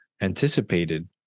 anticipated